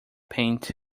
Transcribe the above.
paint